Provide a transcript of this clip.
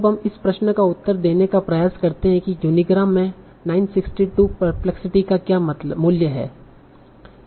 अब हम इस प्रश्न का उत्तर देने का प्रयास करते हैं कि यूनीग्राम में 962 परप्लेक्सिटी का क्या मूल्य है